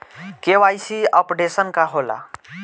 KYC updation का होला?